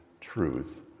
truth